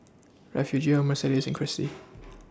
Refugio Mercedes and Crissy